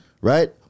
right